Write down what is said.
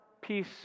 peace